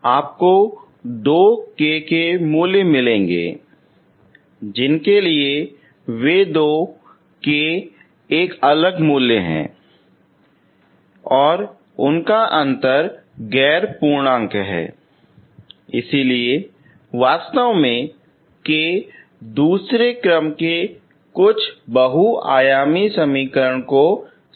आपको दो k मूल्य मिलेंगे जिनके लिए वे दो k एक अलग मूल्य हैं वे अलग हैं और उनका अंतर गैर पूर्णांक है इसीलिए वास्तव में k दूसरे क्रम के कुछ बहुआयामी समीकरण को संतुष्ट करता है